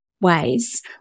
ways